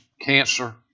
cancer